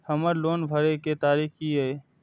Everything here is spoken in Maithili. हमर लोन भरए के तारीख की ये?